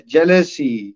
Jealousy